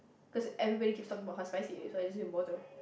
cause everybody keeps talk about how is spicy so it is immortal